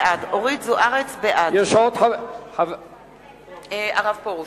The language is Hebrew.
בעד מאיר פרוש,